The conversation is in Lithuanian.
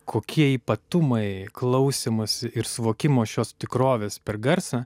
kokie ypatumai klausymosi ir suvokimo šios tikrovės per garsą